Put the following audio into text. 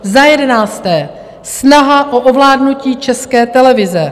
Za jedenácté, snaha o ovládnutí České televize.